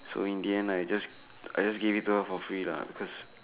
so in the end I just I just gave it to her for free lah because